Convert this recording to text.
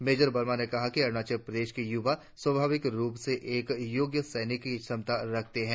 major Verma ने कहा कि अरुणाचल प्रदेश के युवा स्वाभाविक रुप से एक योग्य सैनिक की क्षमता रखते है